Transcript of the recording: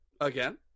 again